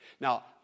Now